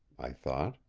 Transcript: i thought.